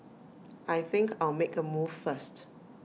I think I'll make A move first